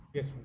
Yes